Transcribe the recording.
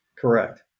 Correct